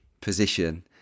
position